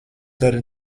dara